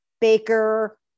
Baker